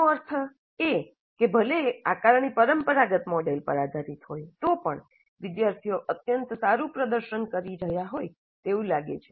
તેનો અર્થ એ કે ભલે આકારણી પરંપરાગત મોડેલ પર આધારિત હોય તો પણ વિદ્યાર્થીઓ અત્યંત સારું પ્રદર્શન કરી રહ્યા હોય તેવું લાગે છે